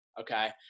okay